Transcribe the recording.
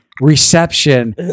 reception